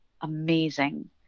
amazing